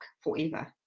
forever